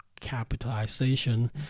capitalization